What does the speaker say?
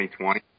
2020